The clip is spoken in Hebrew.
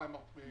תקציב ההילולה,